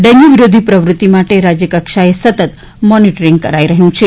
dengue વિરોધી પ્રવૃત્તિ માટે રાજ્યકક્ષાએથી સતત મોનીટરીંગ કરાઈ રહ્યું છે